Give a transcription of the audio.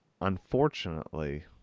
unfortunately